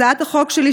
הצעת החוק שלי,